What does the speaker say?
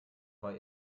war